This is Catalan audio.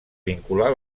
vincular